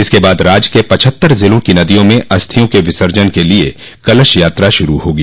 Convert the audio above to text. इसके बाद राज्य के पचहत्तर जिलों की नदियों म अस्थियों के विसर्जन के लिए कलश यात्रा शुरू होगी